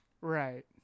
Right